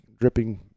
dripping